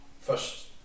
first